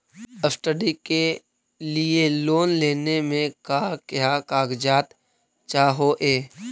Study के लिये loan लेने मे का क्या कागजात चहोये?